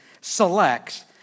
selects